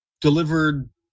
delivered